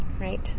right